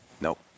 Nope